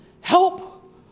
help